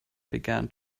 began